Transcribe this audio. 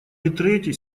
битрейте